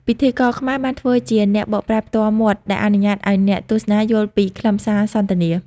ពិធីករខ្មែរបានធ្វើជាអ្នកបកប្រែផ្ទាល់មាត់ ដែលអនុញ្ញាតឱ្យអ្នកទស្សនាយល់ពីខ្លឹមសារសន្ទនា។